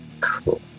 Cool